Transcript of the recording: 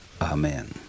amen